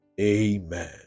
Amen